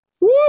woo